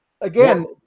Again